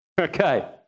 Okay